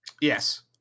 Yes